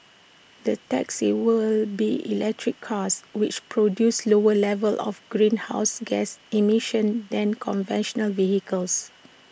the taxis will be electric cars which produce lower levels of greenhouse gas emissions than conventional vehicles